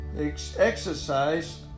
exercise